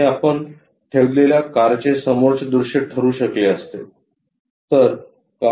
हे आपण ठेवलेल्या कारचे समोरचे दृश्य ठरू शकले असते